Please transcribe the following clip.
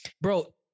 bro